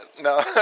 no